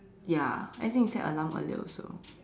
ya next time set alarm earlier also